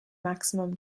maximum